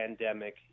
pandemic